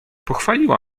pochwaliła